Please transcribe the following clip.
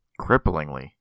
Cripplingly